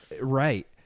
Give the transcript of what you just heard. right